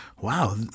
wow